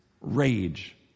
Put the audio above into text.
rage